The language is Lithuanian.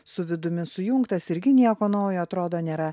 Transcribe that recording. su vidumi sujungtas irgi nieko naujo atrodo nėra